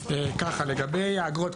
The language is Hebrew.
לגבי האגרות,